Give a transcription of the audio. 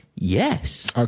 Yes